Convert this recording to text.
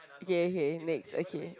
okay okay next okay